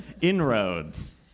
Inroads